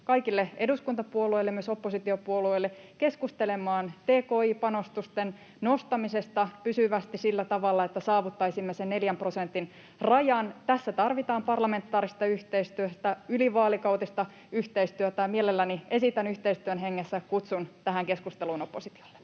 kaikille eduskuntapuolueille, myös oppositiopuolueille, keskustelemaan tki-panostusten nostamisesta pysyvästi sillä tavalla, että saavuttaisimme sen 4 prosentin rajan. Tässä tarvitaan parlamentaarista yhteistyötä, ylivaalikautista yhteistyötä, ja mielelläni esitän yhteistyön hengessä kutsun oppositiolle